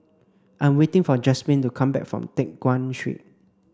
I'm waiting for Jasmin to come back from Teck Guan Street